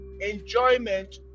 enjoyment